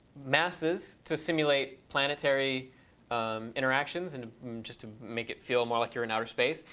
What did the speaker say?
masses to simulate planetary interactions and just to make it feel more like you're in outer space.